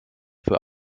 für